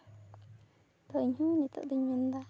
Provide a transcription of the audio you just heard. ᱫᱚ ᱤᱧᱦᱩᱧ ᱱᱤᱛᱳᱜ ᱫᱩᱧ ᱢᱮᱱᱫᱟ